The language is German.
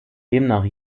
demnach